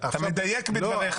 קצין התגמולים),